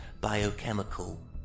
biochemical